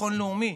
ביטחון לאומי,